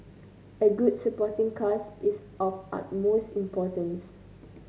a good supporting cast is of utmost importance